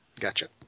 Gotcha